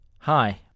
Hi